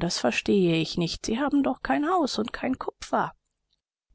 das verstehe ich nicht sie haben doch kein haus und kein kupfer